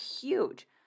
huge